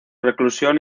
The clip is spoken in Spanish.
reclusión